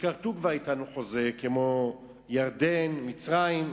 שכבר כרתו אתנו חוזה, כמו ירדן, מצרים.